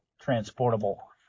transportable